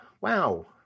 wow